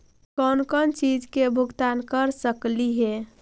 कौन कौन चिज के भुगतान कर सकली हे?